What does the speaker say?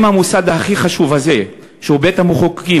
אם המוסד הכי חשוב הזה, שהוא בית-המחוקקים,